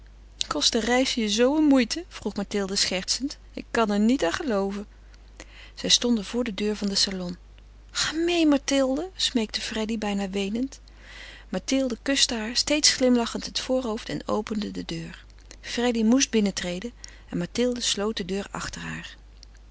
reis je zoo een moeite vroeg mathilde schertsend ik kan er niet aan gelooven zij stonden voor de deur van den salon ga meê mathilde smeekte freddy bijna weenend mathilde kuste haar steeds glimlachend het voorhoofd en opende de deur freddy moest binnentreden en mathilde sloot de deur achter haar